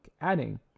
adding